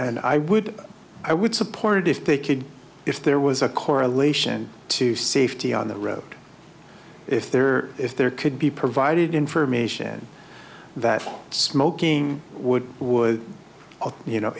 and i would i would support it if they could if there was a correlation to safety on the road if there if there could be provided information that smoking would would of you know